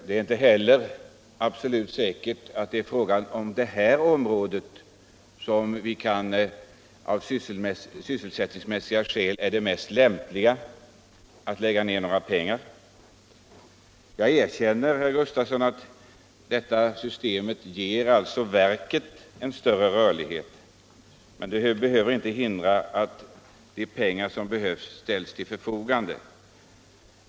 Det är inte heller absolut säkert att just på det här området det av sysselsättningsskäl är mest lämpligt att lägga ned pengar. Jag erkänner att det nuvarande systemet ger verket en större rörelsefrihet, men det hindrar inte att de pengar som behövs kan ställas till förfogande.